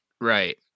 Right